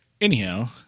Anyhow